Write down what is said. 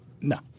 No